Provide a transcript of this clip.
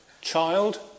child